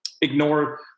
ignore